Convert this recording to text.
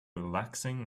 relaxing